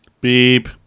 Beep